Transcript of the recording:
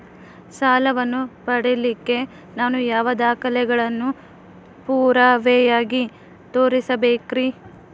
ಸಾಲವನ್ನು ಪಡಿಲಿಕ್ಕೆ ನಾನು ಯಾವ ದಾಖಲೆಗಳನ್ನು ಪುರಾವೆಯಾಗಿ ತೋರಿಸಬೇಕ್ರಿ?